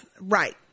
right